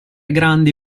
grandi